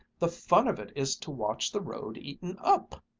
the fun of it is to watch the road eaten up.